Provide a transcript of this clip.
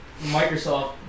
Microsoft